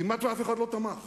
כמעט אף אחד לא תמך,